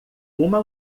uma